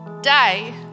day